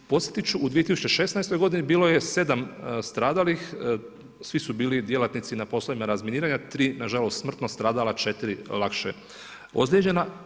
Podsjetiti ću, u 2016. godini bilo je 7 stradalih, svi su bili djelatnici na poslovima razminiranja, 3 nažalost smrtno stradala, 4 lakše ozlijeđena.